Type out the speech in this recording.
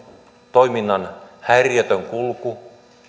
toiminnan häiriötön kulku